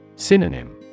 Synonym